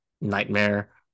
nightmare